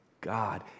God